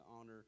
honor